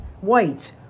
White